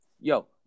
yo